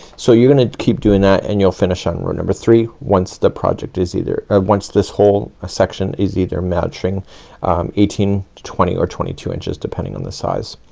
so you're gonna keep doing that, and you'll finish on row number three, once the project is either, or once this whole ah section is either matching um eighteen, twenty or twenty two inches, depending on the size.